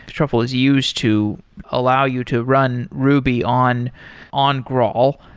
truffle is used to allow you to run ruby on on graal.